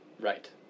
Right